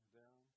down